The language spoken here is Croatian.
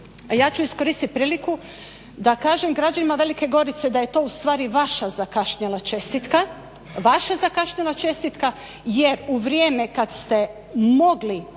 ja ću iskoristiti priliku da kažem građanima Velike Gorice da je to ustvari vaša zakašnjela čestitka jer u vrijeme kad ste mogli